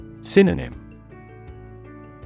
Synonym